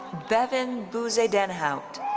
bevan bezuidenhout.